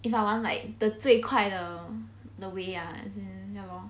if I want like the 最快的 way ah as in ya lor